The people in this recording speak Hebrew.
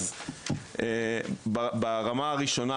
אז ברמה הראשונה,